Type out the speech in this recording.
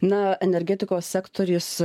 na energetikos sektorius